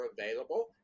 available